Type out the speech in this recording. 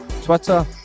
Twitter